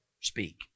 speak